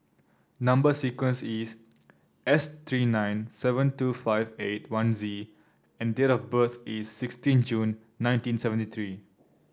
number sequence is S three nine seven two five eight one Z and date of birth is sixteen June nineteen seventy three